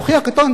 אנוכי הקטן,